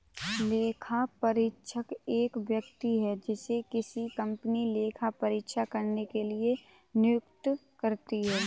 लेखापरीक्षक एक व्यक्ति है जिसे किसी कंपनी लेखा परीक्षा करने के लिए नियुक्त करती है